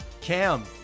Cam